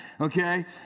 okay